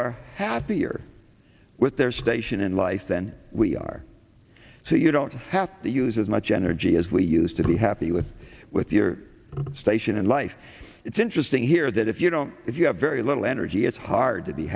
are happier with their station in life than we are so you don't have to use as much energy as we used to be happy with with your station in life it's interesting here that if you know if you have very little energy it's hard to be